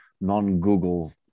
non-Google